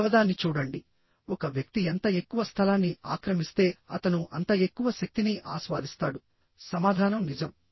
మూడవదాన్ని చూడండిఒక వ్యక్తి ఎంత ఎక్కువ స్థలాన్ని ఆక్రమిస్తే అతను అంత ఎక్కువ శక్తిని ఆస్వాదిస్తాడు సమాధానం నిజం